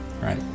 Right